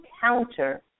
counter